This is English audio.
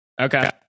Okay